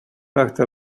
parte